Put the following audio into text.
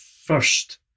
first